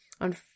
on